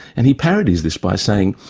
and he parodies this by saying.